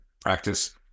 practice